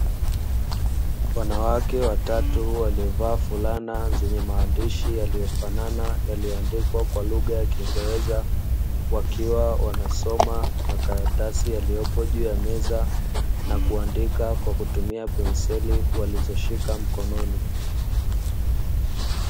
Wanawake watatu waliyovaa fulana zenye maandishi yaliyofanana yaliyoandikwa kwa lugha ya kiingereza, wakiwa wanasoma makaratasi yaliyopo juu ya meza, na kuandika kwa kutumia penseli walizoshika mkononi.